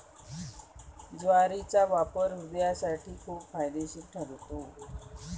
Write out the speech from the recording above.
ज्वारीचा वापर हृदयासाठी खूप फायदेशीर ठरतो